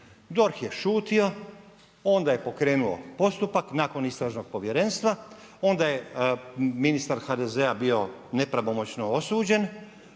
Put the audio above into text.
DORH je šutio, onda je pokrenuo postupak, nakon istražnog povjerenstva, onda je ministar HDZ-a bio nepravomoćno osuđen,